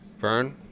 Vern